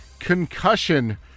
concussion